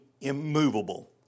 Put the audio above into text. immovable